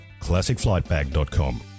ClassicFlightBag.com